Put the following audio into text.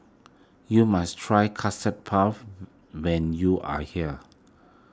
you must try Custard Puff when you are here